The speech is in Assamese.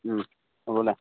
হ'ব দে